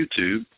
YouTube